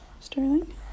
Sterling